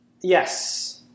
Yes